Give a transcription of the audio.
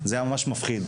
זה היה ממש מפחיד.